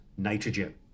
Nitrogen